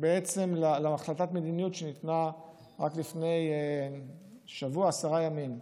בעצם להחלטת מדיניות שנתנה רק לפני שבוע או עשרה ימים,